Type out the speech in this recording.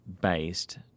based